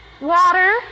Water